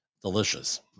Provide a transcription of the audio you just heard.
Delicious